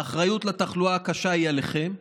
האחריות לתחלואה קשה היא עליכם,